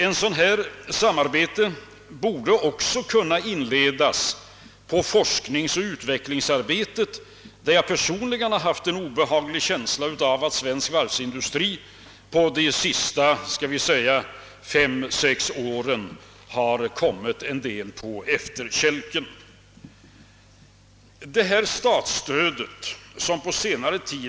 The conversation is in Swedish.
Ett sådant samarbete borde också kunna inledas på forskningsoch utvecklingsområdet; jag har personligen haft en obehaglig känsla av att svensk varvsindustri under de senaste, skall vi säga fem eller sex åren har kommit en smula på efterkälken i detta avseende.